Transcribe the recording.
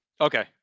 Okay